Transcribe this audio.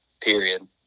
Period